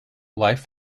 life